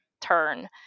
turn